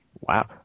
Wow